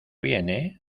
viene